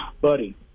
buddy